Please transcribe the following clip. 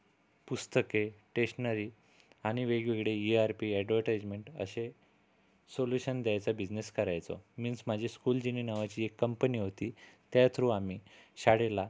पुस्तके टेशनरी आणि वेगवेगळे ई आर पी अॅडवर्टाइजमेंट असे सोल्युशन द्यायचा बिझनेस करायचो मीन्स माझी स्कूलजीनी नावाची एक कंपनी होती त्या थ्रू आम्ही शाळेला